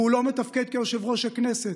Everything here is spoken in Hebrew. והוא לא מתפקד כיושב-ראש הכנסת.